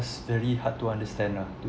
it's very hard to understand lah